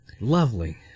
Lovely